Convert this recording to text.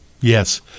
Yes